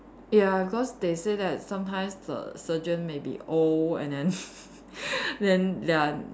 ya because they say that sometimes the surgeon may be old and then then they are